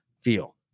feel